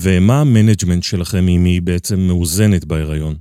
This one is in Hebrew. ‫ומה המנג'מנט שלכם ‫אם היא בעצם מאוזנת בהיריון?